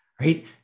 right